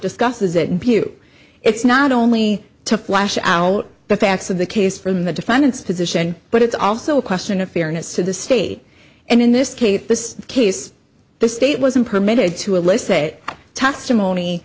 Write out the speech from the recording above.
discusses it and you it's not only to flash the facts of the case from the defendant's position but it's also a question of fairness to the state and in this case this case the state wasn't permitted to elicit testimony